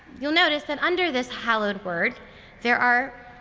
you'll notice that under this hallowed word there are